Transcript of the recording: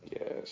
Yes